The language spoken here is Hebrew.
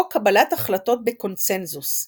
או קבלת החלטות בקונצנזוס,